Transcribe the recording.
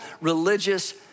religious